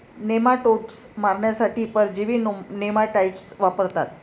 nematodes मारण्यासाठी परजीवी नेमाटाइड्स वापरतात